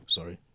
Sorry